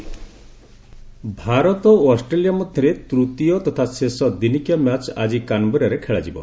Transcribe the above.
cricket Bharat ଓ Australia ମଧ୍ୟରେ ତୂତୀୟ ତଥା ଶେଷ ଦିନିକିଆ ମ୍ୟାଚ୍ ଆକି କାନ୍ବେରାରେ ଖେଳାଯିବ